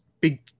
big